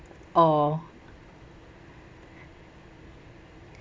oh